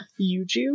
Yuju